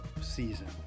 season